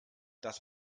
dass